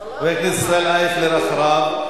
חבר הכנסת ישראל אייכלר אחריו.